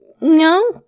No